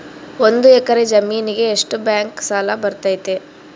ಒಂದು ಎಕರೆ ಜಮೇನಿಗೆ ಎಷ್ಟು ಬ್ಯಾಂಕ್ ಸಾಲ ಬರ್ತೈತೆ?